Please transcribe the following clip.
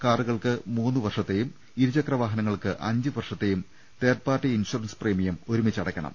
car കൾക്ക് മൂന്നുവർഷത്തെയും ഇരുചക്രവാഹനങ്ങൾക്ക് അഞ്ചുവർഷത്തെയും തേർഡ് പാർട്ടി ഇൻഷുറൻസ് പ്രീമിയം ഒന്നിച്ച് അടയ്ക്കണം